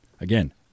again